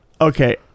Okay